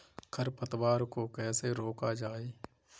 खरपतवार को कैसे रोका जाए?